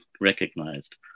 recognized